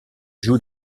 joue